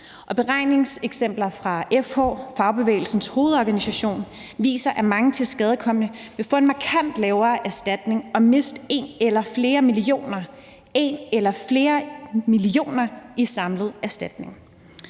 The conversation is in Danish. beregningseksempler fra FH, Fagbevægelsens Hovedorganisation, viser, at mange tilskadekomne vil få en markant lavere erstatning, og at de vil miste en eller flere millioner kroner – en